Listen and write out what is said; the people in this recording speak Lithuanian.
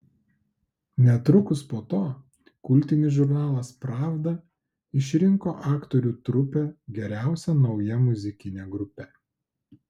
netrukus po to kultinis žurnalas pravda išrinko aktorių trupę geriausia nauja muzikine grupe